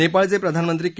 नेपाळचे प्रधानमंत्री के